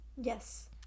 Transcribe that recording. yes